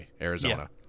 Arizona